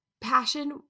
passion